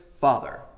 father